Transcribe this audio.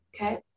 Okay